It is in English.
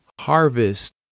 Harvest